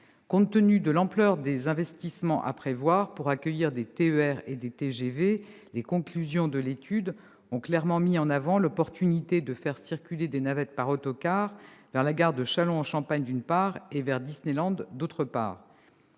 Compte tenu de l'ampleur des investissements à prévoir pour accueillir des TER et des TGV, les conclusions des études ont clairement mis en avant l'opportunité de faire circuler des navettes par autocars vers la gare de Châlons-en-Champagne, d'une part, et vers Disneyland, d'autre part.